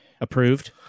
Approved